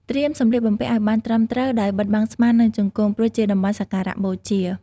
ត្រៀមសំលៀកបំពាក់ឲ្យបានត្រឹមត្រូវ ដោយបិទបាំងស្មា និងជង្គង់ ព្រោះជាតំបន់សក្ការៈបូជា។